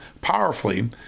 powerfully